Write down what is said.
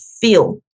feel